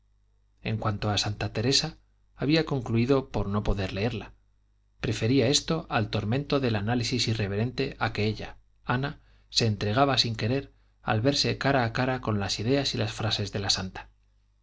en cuanto a santa teresa había concluido por no poder leerla prefería esto al tormento del análisis irreverente a que ella ana se entregaba sin querer al verse cara a cara con las ideas y las frases de la santa